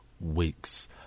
weeks